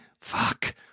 fuck